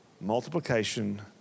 multiplication